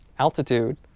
altitude.